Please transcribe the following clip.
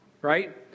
Right